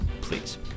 please